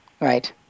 right